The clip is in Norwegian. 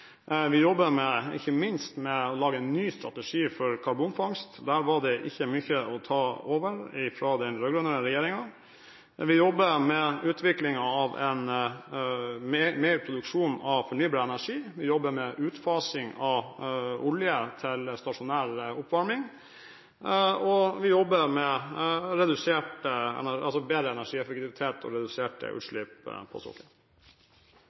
vi jobber ikke minst med å lage en ny strategi for karbonfangst. Der var det ikke mye å ta over fra den rød-grønne regjeringen. Vi jobber med utvikling av mer produksjon av fornybar energi, vi jobber med utfasing av olje til stasjonær oppvarming, og vi jobber med bedre energieffektivitet og reduserte utslipp på